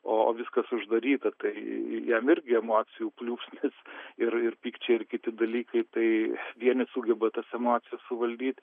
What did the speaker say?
o viskas uždaryta tai jam irgi emocijų pliūpsnis ir ir pykčiai ir kiti dalykai tai vieni sugeba tas emocijas suvaldyti